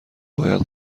باید